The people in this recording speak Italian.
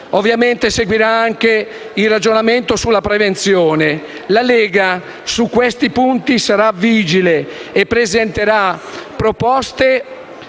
Ovviamente seguirà anche il ragionamento sulla prevenzione. La Lega su questi punti sarà vigile, presenterà proposte